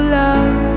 love